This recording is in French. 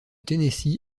tennessee